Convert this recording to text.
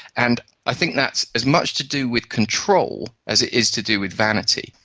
and i think that's as much to do with control as it is to do with vanity.